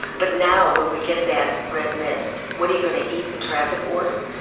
but now when we get that red mist, what are you going to eat the traffic warden?